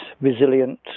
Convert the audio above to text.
resilient